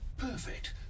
Perfect